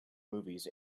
movies